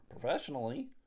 professionally